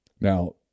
Now